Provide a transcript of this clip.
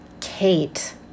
Kate